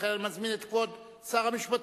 ולכן אני מזמין את כבוד שר המשפטים